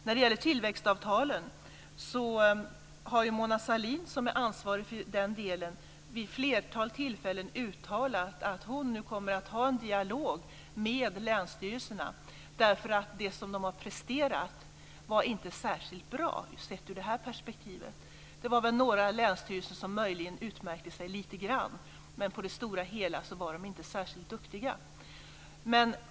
När det gäller tillväxtavtalen har ju Mona Sahlin, som är ansvarig för den delen, vid ett flertal tillfällen uttalat att hon kommer att ha en dialog med länsstyrelserna eftersom det som de har presterat inte varit särskilt bra sett ur det här perspektivet. Det var några länsstyrelser som möjligen utmärkte sig lite, men på det stora hela var de inte särskilt duktiga.